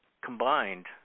combined